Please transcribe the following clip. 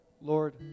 Lord